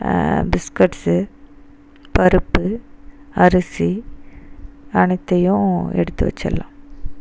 biscuits பருப்பு அரிசி அனைத்தையும் எடுத்து வச்சுடலாம்